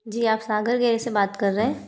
जी आप सागर गेरेज से बात कर रहे